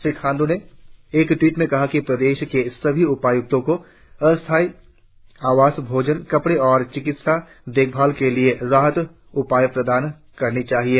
श्री खांड्र ने एक ट्वीट में कहा कि प्रदेश के सभी उपायुक्तों को अस्थायी आवास भोजन कपड़े और चिकित्सा देखभाल के लिए राहत उपाय प्रदान करना चाहिए